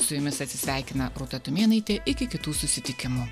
su jumis atsisveikina rūta tumėnaitė iki kitų susitikimų